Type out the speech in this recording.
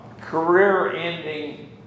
career-ending